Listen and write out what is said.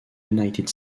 united